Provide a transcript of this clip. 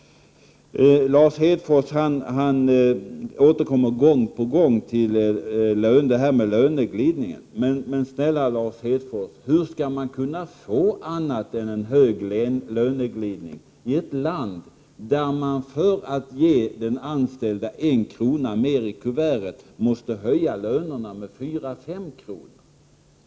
Lars Hedfors återkommer gång på gång till löneglidningen. Men snälla Lars Hedfors, hur skall man kunna få annat än en hög löneglidning i ett land där man för att ge den anställde en krona mer i kuvertet måste höja lönerna med 4—5 kr.?